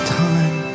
time